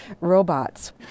robots